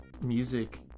music